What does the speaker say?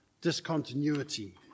discontinuity